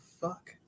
fuck